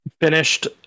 Finished